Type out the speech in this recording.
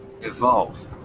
Evolve